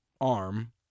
arm